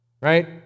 Right